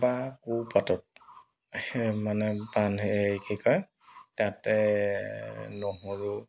বা কৌপাতত মানে পান হেৰি কি কয় তাতে নহৰু